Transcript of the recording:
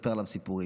לספר עליו סיפורים.